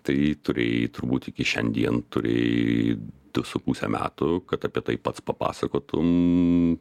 tai turėjai turbūt iki šiandien turėjai du su puse metų kad apie tai pats papasakotum